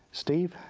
steve.